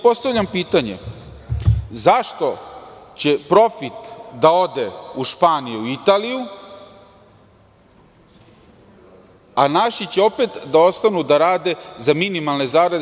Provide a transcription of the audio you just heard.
Postavljam pitanje – zašto će profit da ode u Španiju i Italiju, a naši će opet ostati da rade za minimalne zarade?